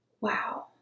Wow